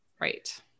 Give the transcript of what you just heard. Right